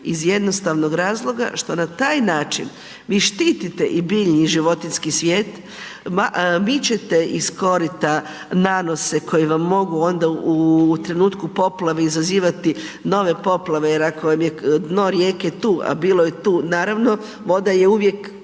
iz jednostavnog razloga što na taj način vi štitite i biljni i životinjski svijet, mičete iz korita nanose koji vam mogu onda u trenutku poplave izazivati nove poplave jer ako vam je dno rijeke tu, a bilo je tu, naravno voda je uvijek,